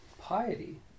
piety